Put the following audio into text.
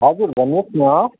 हजुर भन्नुहोस् न